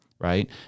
right